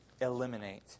Eliminate